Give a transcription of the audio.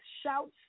shouts